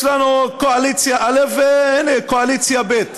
יש לנו קואליציה א' והנה קואליציה ב'.